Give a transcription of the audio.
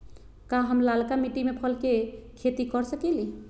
का हम लालका मिट्टी में फल के खेती कर सकेली?